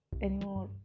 anymore